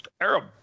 Arab